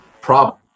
problem